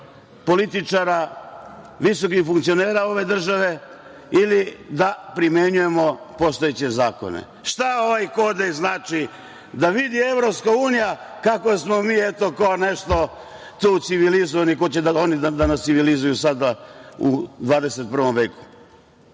političara, visokih funkcionera ove države ili da primenjujemo postojeće zakone. Šta ovaj kodeks znači? Da vidi EU kako smo mi, kao nešto, tu civilizovani, hoće oni da nas civilizuju u 21. veku.